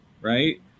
right